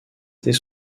était